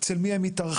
אצל מי הם מתארחים?